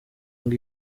ngo